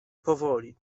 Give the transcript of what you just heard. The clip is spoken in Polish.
powoli